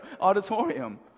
auditorium